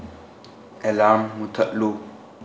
alarm ꯃꯨꯊꯠꯂꯨ